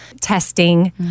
testing